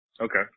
Okay